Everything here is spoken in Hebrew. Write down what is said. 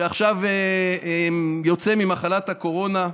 שעכשיו יוצא ממחלת הקורונה.